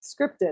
scripted